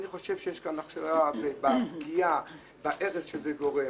אני חושב שיש כאן פגיעה בהרס שזה גרם